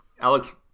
Alex